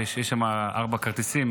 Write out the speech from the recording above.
שיש שם ארבעה כרטיסים